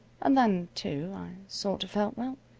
and then, too, i sort of felt well,